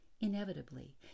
Inevitably